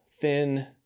thin